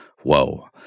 Whoa